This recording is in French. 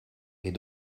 est